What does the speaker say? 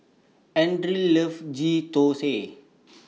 Anders loves Ghee Thosai